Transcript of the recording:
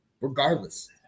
Regardless